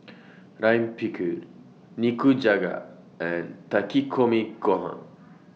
Lime Pickle Nikujaga and Takikomi Gohan